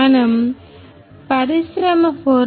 మనం పరిశ్రమ 4